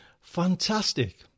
fantastic